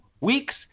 weeks